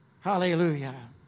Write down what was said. Hallelujah